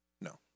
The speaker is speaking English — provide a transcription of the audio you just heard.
No